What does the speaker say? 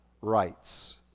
rights